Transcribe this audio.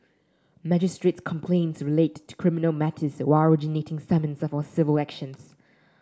magistrate's complaints relate to criminal matters while originating summons are for civil actions